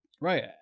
Right